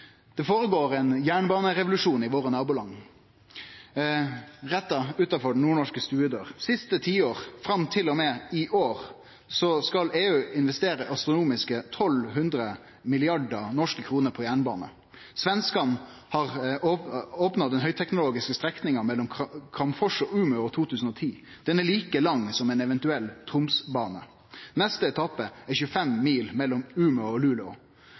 Det føregår ein jernbanerevolusjon i våre naboland, rett utanfor den nordnorske stovedøra. Siste tiår, fram til og med i år, skal EU investere astronomiske 1 200 mrd. NOK på jernbane. Svenskane har opna den høgteknologiske strekninga mellom Kramfors og Umeå i 2010. Den er like lang som ein eventuell Tromsbane. Neste etappe er 25 mil, mellom Umeå og Luleå.